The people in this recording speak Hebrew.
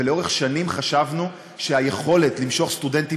לאורך שנים חשבנו שהיכולת למשוך סטודנטים